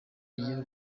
agiye